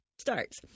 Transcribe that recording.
starts